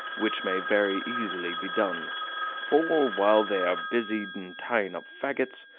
which may very easily be done for, while they are busy in tying up fagots,